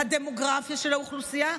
הדמוגרפיה של האוכלוסייה,